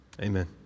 Amen